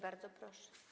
Bardzo proszę.